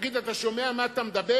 תגיד, אתה שומע על מה אתה מדבר?